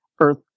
Earth